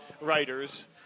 writers